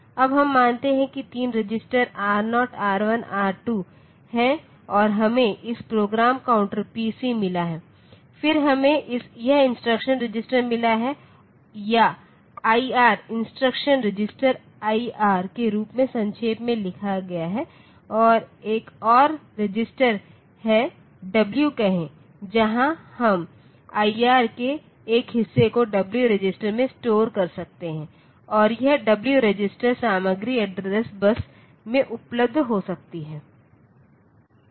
अब हम मानते हैं कि 3 रजिस्टर आर 0 आर 1 और आर 2 हैं और हमने इस प्रोग्राम काउंटर पीसी मिला है फिर हमें यह इंस्ट्रक्शन रजिस्टर मिला है या आईआर इंस्ट्रक्शन रजिस्टर आईआर के रूप में संक्षेप में लिखा गया है और एक और रजिस्टर है W कहे जहां हम आईआर के एक हिस्से को W रजिस्टर में स्टोर कर सकते हैं और यह डब्ल्यू रजिस्टर सामग्री एड्रेस बस में उपलब्ध हो सकती है